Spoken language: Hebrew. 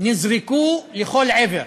נזרקו לכל עבר.